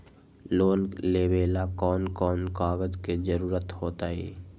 Loan लेवेला कौन कौन कागज के जरूरत होतई?